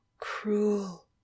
cruel